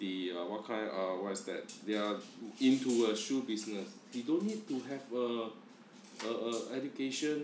the what kind uh what's that they're into a shoe business you don't need to have a a a education